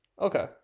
okay